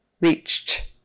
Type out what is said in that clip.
Reached